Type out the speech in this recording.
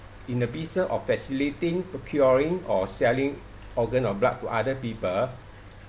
in the business of facilating procuring or selling organ or blood to other people